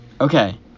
Okay